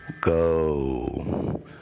Go